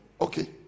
okay